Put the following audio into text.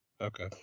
Okay